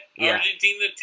argentina